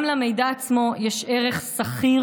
גם למידע עצמו יש ערך סחיר.